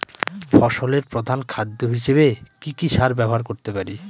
ফসলের প্রধান খাদ্য হিসেবে কি কি সার ব্যবহার করতে পারি?